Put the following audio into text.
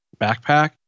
backpack